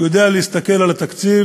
הוא יודע להסתכל על התקציב,